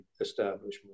establishment